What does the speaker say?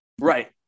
Right